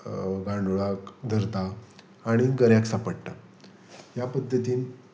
गांदोळाक धरता आनी गऱ्याक सांपडटा ह्या पद्दतीन